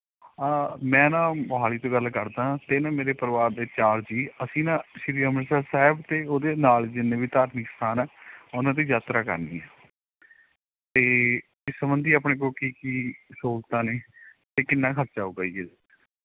ਮੈਂ ਨਾ ਮੋਹਾਲੀ ਤੋਂ ਗੱਲ ਕਰਦਾ ਅਤੇ ਨਾ ਮੇਰੇ ਪਰਿਵਾਰ ਦੇ ਚਾਰ ਜੀਅ ਅਸੀਂ ਨਾ ਸ਼੍ਰੀ ਅੰਮ੍ਰਿਤਸਰ ਸਾਹਿਬ ਅਤੇ ਉਹਦੇ ਨਾਲ ਜਿੰਨੇ ਵੀ ਧਾਰਮਿਕ ਅਸਥਾਨ ਹੈ ਉਹਨਾਂ ਦੀ ਯਾਤਰਾ ਕਰਨੀ ਹੈ ਅਤੇ ਇਸ ਸੰਬੰਧੀ ਆਪਣੇ ਕੋਲ ਕੀ ਕੀ ਸਹੂਲਤਾਂ ਨੇ ਅਤੇ ਕਿੰਨਾ ਖਰਚਾ ਆਵੇਗਾ ਜੀ